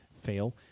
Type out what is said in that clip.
fail